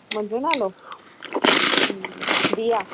मुंहिंजो नालो दीया